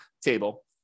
table